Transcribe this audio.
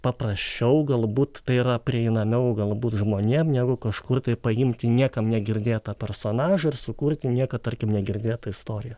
paprasčiau galbūt tai yra prieinamiau galbūt žmonėm negu kažkur paimti niekam negirdėtą personažą ir sukurti niekad tarkim negirdėtą istoriją